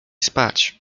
spać